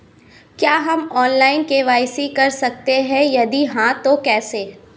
क्या हम online KYC कर सकते हैं यदि हाँ तो कैसे?